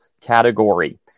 category